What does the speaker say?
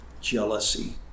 Jealousy